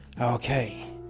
Okay